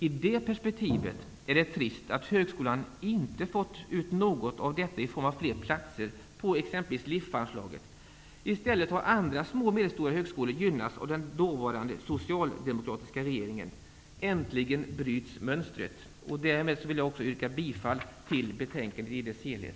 I det perspektivet är det trist att högskolan inte fått ut något av detta i form av fler platser på exempelvis LIF-anslaget. I stället har andra små och medelstora högskolor gynnats av den dåvarande socialdemokratiska regeringen. Äntligen bryts mönstret! Fru talman! Därmed yrkar jag bifall till utskottets hemställan i dess helhet.